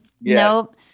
nope